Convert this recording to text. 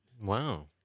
Wow